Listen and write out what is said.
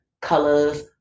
colors